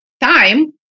time